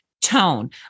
tone